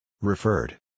Referred